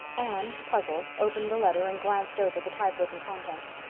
anne, puzzled, opened the letter and glanced over the typewritten contents.